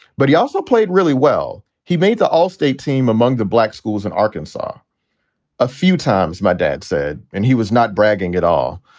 but he also played really well. he made the all state team among the black schools in arkansas a few times. my dad said, and he was not bragging at all.